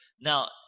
Now